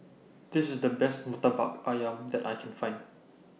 This IS The Best Murtabak Ayam that I Can Find